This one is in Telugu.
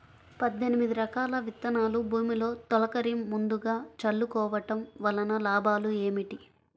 పద్దెనిమిది రకాల విత్తనాలు భూమిలో తొలకరి ముందుగా చల్లుకోవటం వలన లాభాలు ఏమిటి?